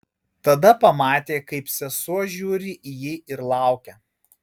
tada pamatė kaip sesuo žiūri į jį ir laukia